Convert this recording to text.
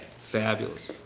Fabulous